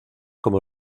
como